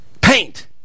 Paint